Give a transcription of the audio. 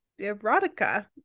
erotica